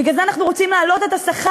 בגלל זה אנחנו רוצים להעלות את השכר,